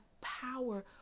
power